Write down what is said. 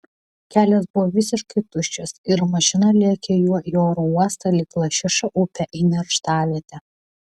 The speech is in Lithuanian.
kelias buvo visiškai tuščias ir mašina lėkė juo į oro uostą lyg lašiša upe į nerštavietę